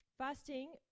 Fasting